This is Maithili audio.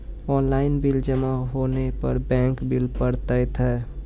ऑनलाइन बिल जमा होने पर बैंक बिल पड़तैत हैं?